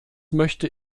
möchte